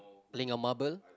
link of marble